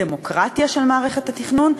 דמוקרטיה של מערכת התכנון,